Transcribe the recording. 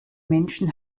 menschen